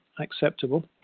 acceptable